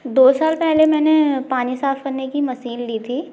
दो साल पहले मैंने पानी साफ़ करने की मसीन ली थी